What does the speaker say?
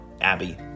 abby